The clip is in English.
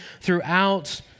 throughout